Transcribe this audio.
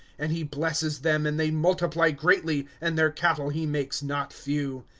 and he blesses them, and they multiply greatly, and their cattle he makes not few.